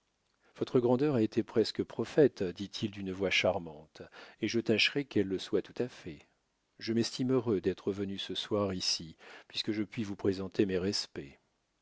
votre grandeur a été presque prophète dit-il d'une voix charmante et je tâcherai qu'elle le soit tout à fait je m'estime heureux d'être venu ce soir ici puisque je puis vous présenter mes respects